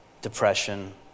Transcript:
depression